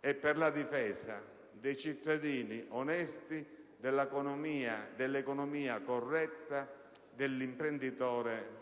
e per la difesa dei cittadini onesti, dell'economia corretta, dell'imprenditore